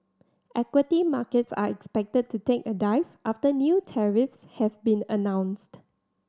equity markets are expected to take a dive after new tariffs have been announced